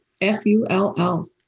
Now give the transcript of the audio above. F-U-L-L